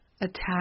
attack